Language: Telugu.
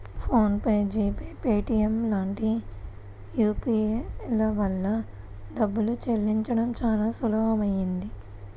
phone pay, G pay, Paytm లాంటి యాప్ ల వల్ల డబ్బుల్ని చెల్లించడం చానా సులువయ్యింది